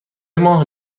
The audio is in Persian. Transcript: ماه